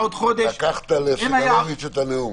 לקחת ליואב סגלוביץ' את הנאום.